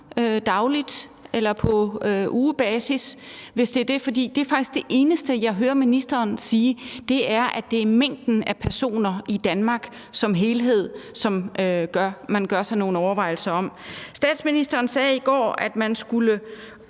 dagligt eller på ugebasis, hvis det er det, det kommer an på. For det er faktisk det eneste, jeg hører ministeren sige, altså at det er antallet af personer, der befinder sig i Danmark som helhed, som man gør sig nogle overvejelser om. Statsministeren sagde i går, at man skulle